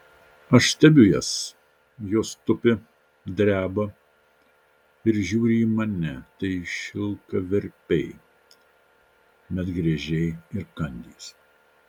aš stebiu jas jos tupi dreba ir žiūri į mane tai šilkaverpiai medgręžiai ir kandys